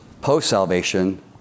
post-salvation